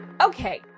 Okay